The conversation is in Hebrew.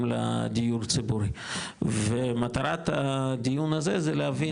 לדיור ציבורי ומטרת הדיון הזה זה להבין,